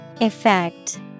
Effect